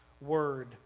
word